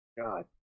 God